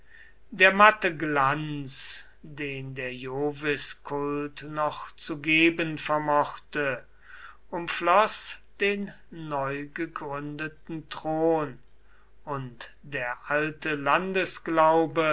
der matte glanz den der joviskult noch zu geben vermochte umfloß den neugegründeten thron und der alte